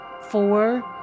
four